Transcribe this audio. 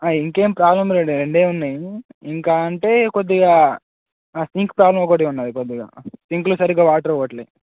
ఇంక ఏమి ప్రాబ్లెమ్ లేదు రెండు ఉన్నాయి ఇంకా అంటే కొద్దిగా సింక్ ప్రాబ్లమ్ ఒకటి ఉన్నది కొద్దిగా సింకులో సరిగ్గా వాటర్ పొవట్లే